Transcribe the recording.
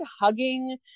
Hugging